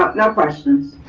no questions.